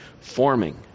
forming